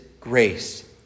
grace